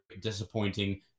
disappointing